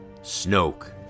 Snoke